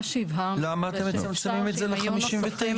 למה אתם מצמצמים את זה ל-59?